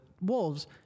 Wolves